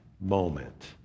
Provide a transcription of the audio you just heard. moment